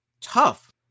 tough